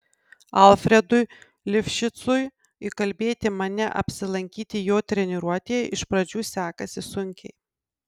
alfredui lifšicui įkalbėti mane apsilankyti jo treniruotėje iš pradžių sekasi sunkiai